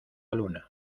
luna